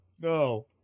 no